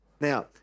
Now